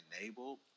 enabled